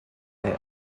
est